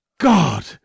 God